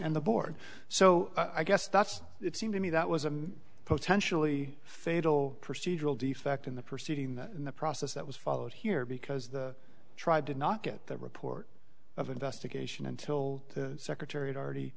and the board so i guess that's it seemed to me that was a potentially fatal procedural defect in the proceeding in the process that was followed here because the tried to knock it the report of investigation until the secretary had already